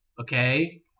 Okay